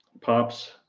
pops